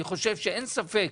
אני חושב שאין ספק,